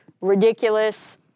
ridiculous